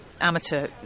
amateur